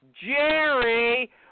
Jerry